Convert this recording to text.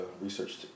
research